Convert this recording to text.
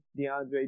DeAndre